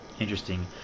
Interesting